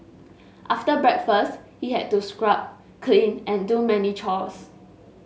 after breakfast he had to scrub clean and do many chores